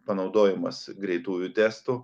panaudojimas greitųjų testų